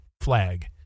flag